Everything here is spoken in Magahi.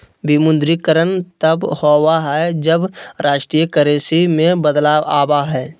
विमुद्रीकरण तब होबा हइ, जब राष्ट्रीय करेंसी में बदलाव आबा हइ